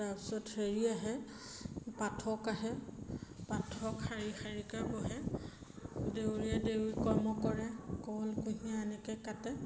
তাৰপিছত হেৰি আহে পাঠক আহে পাঠক শাৰী শাৰীকৈ বহে দেউৰীয়ে দেউৰী কৰ্ম কৰে কল কুঁহিয়া এনেকৈ কাটে